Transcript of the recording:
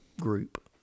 group